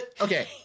okay